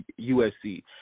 USC